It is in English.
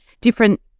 different